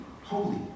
holy